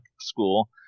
school